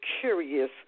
curious